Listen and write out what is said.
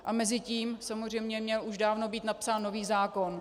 A mezitím samozřejmě měl už dávno být napsán nový zákon.